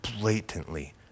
blatantly